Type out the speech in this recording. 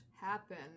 happen